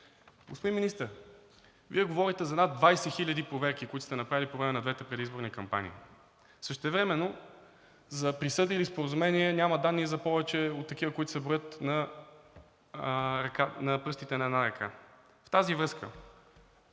Господин Министър, Вие говорите за над 20 хиляди проверки, които сте направили по време на двете предизборни кампании. Същевременно за присъдени споразумения няма данни за повече от такива, които се броят на пръстите на едната ръка. В тази връзка